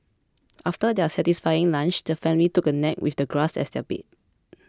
after their satisfying lunch the family took a nap with the grass as their bed